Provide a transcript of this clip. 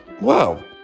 Wow